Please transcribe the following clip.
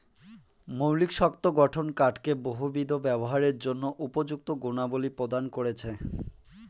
মৌলিক শক্ত গঠন কাঠকে বহুবিধ ব্যবহারের জন্য উপযুক্ত গুণাবলী প্রদান করেছে